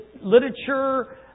literature